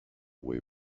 way